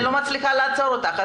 אני לא מצליחה לעצור אותך.